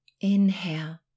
Inhale